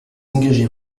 engagés